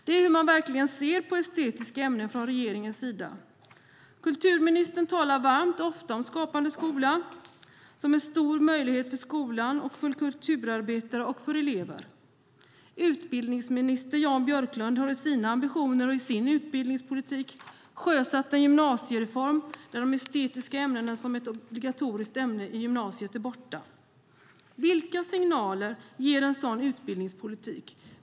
Det är hur man verkligen ser på estetiska ämnen från regeringens sida. Kulturministern talar varmt och ofta om Skapande skola som en stor möjlighet för skolan och för kulturarbetare och elever. Utbildningsminister Jan Björklund har i sina ambitioner och i sin utbildningspolitik sjösatt en gymnasiereform där de estetiska ämnena som obligatoriska ämnen i gymnasiet är borta. Vilka signaler ger en sådan utbildningspolitik?